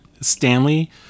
Stanley